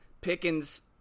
pickens